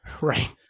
Right